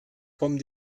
kommen